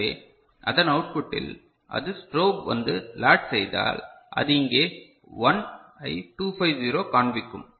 எனவே அதன் அவுட்புட் டில் அது ஸ்ட்ரோப் வந்து லாட்ச் செய்தால் அது இங்கே 1 ஐக் 250 காண்பிக்கும்